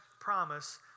promise